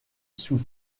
sous